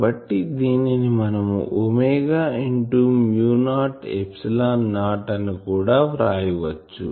కాబట్టి దీనిని మనము omega into mu not epsilon not అని కూడా వ్రాయచ్చు